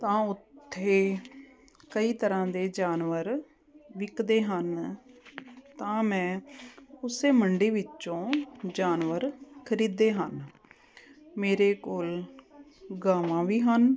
ਤਾਂ ਉੱਥੇ ਕਈ ਤਰ੍ਹਾਂ ਦੇ ਜਾਨਵਰ ਵਿਕਦੇ ਹਨ ਤਾਂ ਮੈਂ ਉਸੇ ਮੰਡੀ ਵਿੱਚੋਂ ਜਾਨਵਰ ਖਰੀਦੇ ਹਨ ਮੇਰੇ ਕੋਲ ਗਾਵਾਂ ਵੀ ਹਨ